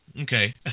Okay